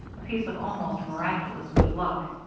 a piece of almost miraculous good luck.